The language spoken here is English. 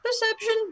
perception